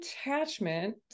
attachment